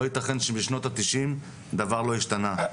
לא ייתכן שמשנות ה- 90 דבר לא השתנה.